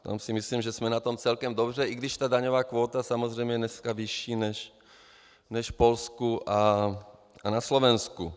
V tom si myslím, že jsme na tom celkem dobře, i když daňová kvóta je samozřejmě dneska vyšší než v Polsku a na Slovensku.